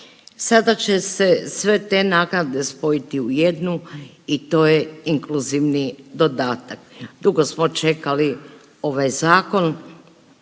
Sada će se sve te naknade spojiti u jednu i to je inkluzivni dodatak. Dugo smo čekali ovaj zakon,